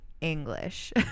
English